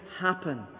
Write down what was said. happen